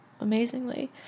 amazingly